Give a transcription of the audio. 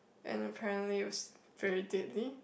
and apparently it was very deadly